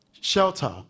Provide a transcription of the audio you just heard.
Shelter